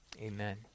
amen